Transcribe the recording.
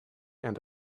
and